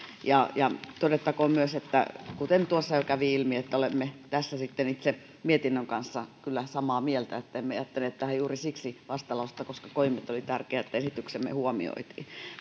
todettakoon myös kuten tuossa jo kävi ilmi että olemme tässä sitten itse mietinnön kanssa kyllä samaa mieltä emmekä jättäneet tähän juuri siksi vastalausetta koska koimme että oli tärkeää että esityksemme huomioitiin